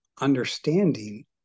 understanding